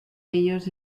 ellos